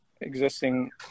existing